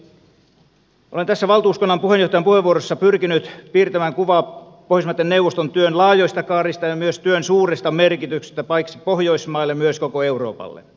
olen tässä valtuuskunnan puheenjohtajan puheenvuorossa pyrkinyt piirtämään kuvaa pohjoismaiden neuvoston työn laajoista kaarista ja myös työn suuresta merkityksestä paitsi pohjoismaille myös koko euroopalle